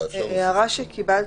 הערה שקיבלתי,